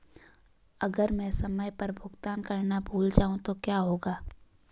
अगर मैं समय पर भुगतान करना भूल जाऊं तो क्या होगा?